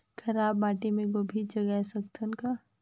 खराब माटी मे गोभी जगाय सकथव का?